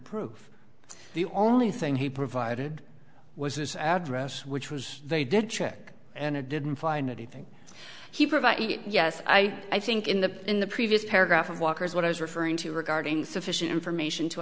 proof the only thing he provided was his address which was they did check and it didn't find anything he provided yes i i think in the in the previous paragraph of walker's what i was referring to regarding sufficient information to